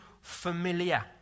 familiar